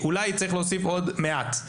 שמדברים על זה שגננות לא רוצות לעבוד עד השעה 16:00,